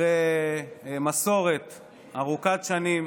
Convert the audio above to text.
אחרי מסורת ארוכת שנים